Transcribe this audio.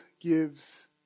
gives